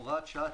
הוראת שעה,